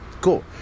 Cool